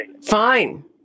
Fine